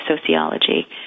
sociology